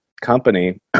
company